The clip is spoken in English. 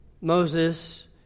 Moses